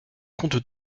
compte